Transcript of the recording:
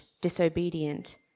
disobedient